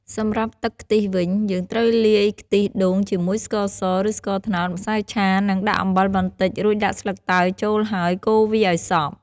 សម្រាប់ទឹកខ្ទិះវិញ យើងត្រូវលាយខ្ទិះដូងជាមួយស្ករស ឬស្ករត្នោត ម្សៅឆា និងដាក់អំបិលបន្តិច រួចដាក់ស្លឹកតើយចូលហើយ កូរវាអោយសព្វ។